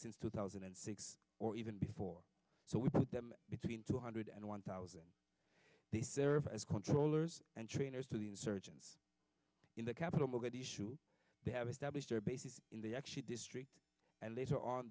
since two thousand and six or even before so we put them between two hundred and one thousand as controllers and trainers to the insurgents in the capital mogadishu they have established their bases in the actually district and later on